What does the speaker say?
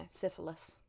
syphilis